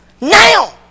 now